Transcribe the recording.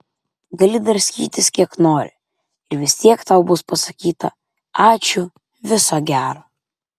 gali draskytis kiek nori ir vis tiek tau bus pasakyta ačiū viso gero